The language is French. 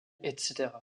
etc